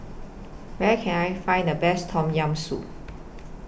Where Can I Find The Best Tom Yam Soup